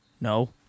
No